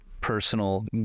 personal